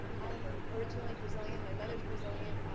i'm originally brazilian, my mother's brazilian,